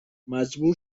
مجبور